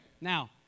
Now